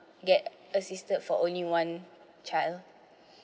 get assisted for only one child